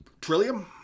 Trillium